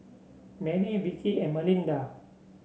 Marry Vickey and Malinda